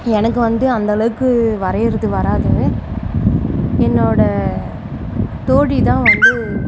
எனக்கு வந்து அந்தளவுக்கு வரையிறது வராது என்னோட தோழி தான் வந்து